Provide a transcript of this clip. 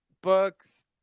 books